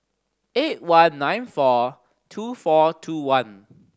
eight one nine four two four two one